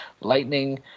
lightning